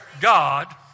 God